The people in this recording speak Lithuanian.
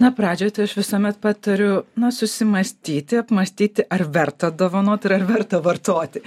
na pradžioj tai aš visuomet patariu na susimąstyti apmąstyti ar verta dovanot ir ar verta vartoti